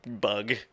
bug